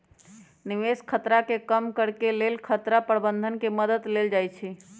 निवेश खतरा के कम करेके लेल खतरा प्रबंधन के मद्दत लेल जाइ छइ